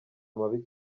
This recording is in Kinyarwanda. mabi